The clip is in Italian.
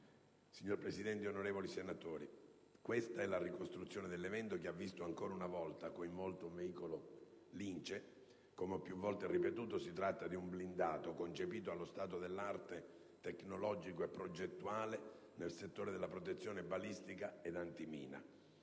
Signor Presidente, onorevoli senatori, questa è la ricostruzione dell'evento che ha visto ancora una volta coinvolto un veicolo Lince. Come ho più volte ripetuto, si tratta di un blindato concepito allo stato dell'arte tecnologico e progettuale nel settore della protezione balistica ed antimina.